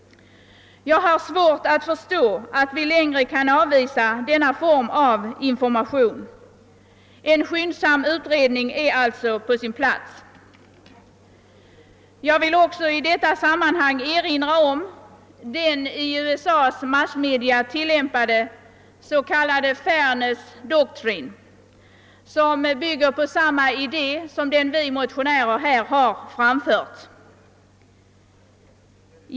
Jag har svårt att förstå att vi längre kan avvisa denna form av information. En skyndsam utredning är alltså på sin plats. Jag vill också i detta sammanhang erinra om den i USA:s massmedia tilllämpade Fairness Doctrine, som bygger på samma idé som den vi motionärer här har framfört.